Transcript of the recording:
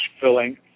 filling